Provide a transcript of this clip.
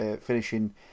finishing